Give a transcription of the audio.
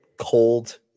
cold